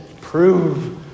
Prove